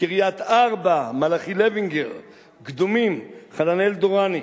קריית-ארבע, מלאכי לוינגר, קדומים, חננאל דורני,